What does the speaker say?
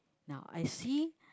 now I see